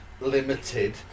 limited